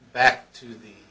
back to the